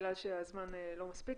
בגלל שהזמן לא מספיק,